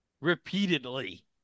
repeatedly